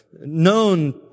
known